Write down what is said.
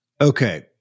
Okay